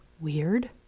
weird